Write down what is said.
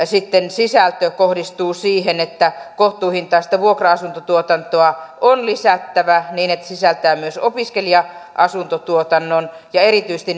sitten sisältö kohdistuu nimenomaan siihen että kohtuuhintaista vuokra asuntotuotantoa on lisättävä niin että se sisältää myös opiskelija asuntotuotannon ja erityisesti